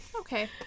Okay